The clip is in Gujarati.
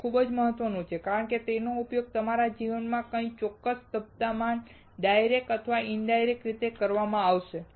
તે ખૂબ મહત્વનું છે કારણ કે તેનો ઉપયોગ તમારા જીવનના કોઈ ચોક્કસ તબક્કામાં ડાયરેક્ટ અથવા ઇનડાયરેક્ટ રીતે કરવામાં આવશે